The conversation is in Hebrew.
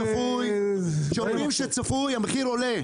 כשאומרים שצפוי המחיר עולה.